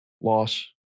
Loss